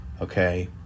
okay